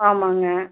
ஆமாம்ங்க